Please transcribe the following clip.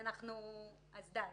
די,